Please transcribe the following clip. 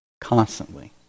constantly